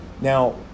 Now